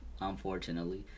unfortunately